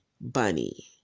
bunny